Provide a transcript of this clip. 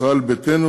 ישראל ביתנו,